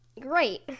Great